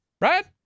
right